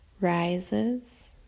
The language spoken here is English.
rises